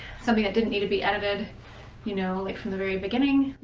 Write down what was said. something that didn't need to be edited you know like from the very beginning.